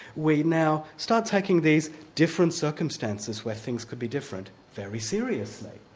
we now start taking these different circumstances where things could be different, very seriously,